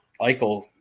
Eichel